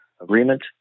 Agreement